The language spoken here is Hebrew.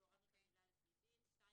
והורדנו את המילים "לפי דין".